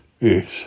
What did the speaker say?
Yes